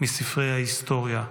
מספרי ההיסטוריה?